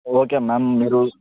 okay ma'am మిరు